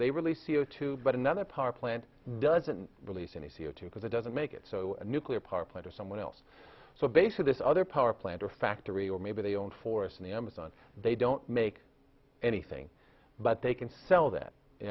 they really c o two but another part plant doesn't release any c o two because it doesn't make it so a nuclear power plant or someone else so basically this other power plant or factory or maybe they own force in the amazon they don't make anything but they can sell